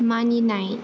मानिनाय